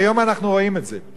היום אנחנו רואים את זה.